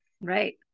right